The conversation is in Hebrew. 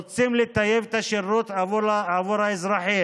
רוצים לטייב את השירות עבור האזרחים,